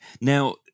Now